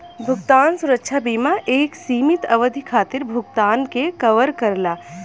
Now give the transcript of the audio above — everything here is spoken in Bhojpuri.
भुगतान सुरक्षा बीमा एक सीमित अवधि खातिर भुगतान के कवर करला